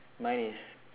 mine is